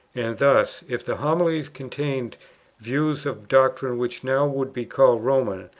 and thus, if the homilies contained views of doctrine which now would be called roman,